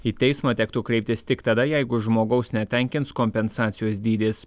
į teismą tektų kreiptis tik tada jeigu žmogaus netenkins kompensacijos dydis